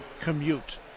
commute